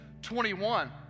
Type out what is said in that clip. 21